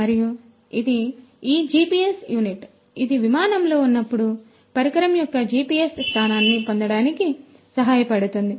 మరియు ఇది ఈ GPS యూనిట్ ఇది విమానంలో ఉన్నప్పుడు ఈ పరికరం యొక్క GPS స్థానాన్ని పొందడానికి సహాయపడుతుంది